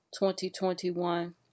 2021